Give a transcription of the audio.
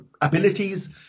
abilities